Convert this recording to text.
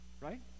Right